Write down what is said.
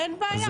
אין בעיה.